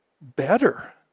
better